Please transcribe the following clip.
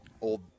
old –